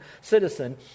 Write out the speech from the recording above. citizen